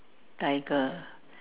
tiger